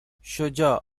شجاع